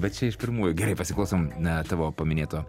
bet čia iš pirmųjų gerai pasiklausom na tavo paminėto